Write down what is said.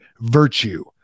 virtue